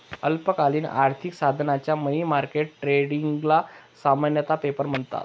अल्पकालीन आर्थिक साधनांच्या मनी मार्केट ट्रेडिंगला सामान्यतः पेपर म्हणतात